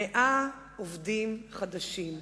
100 עובדים חדשים.